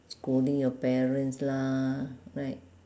scolding your parents lah right